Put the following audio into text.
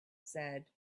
said